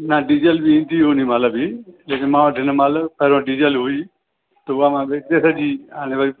न डीजल बि ईंदी हुन महिल बि लेकिन मां वटि हिन महिल पहिरों डीजल हुई त उहा मां विकिणे छॾी हाणे वरी